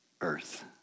earth